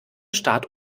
start